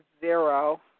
Zero